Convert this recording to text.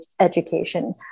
education